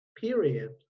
Period